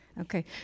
Okay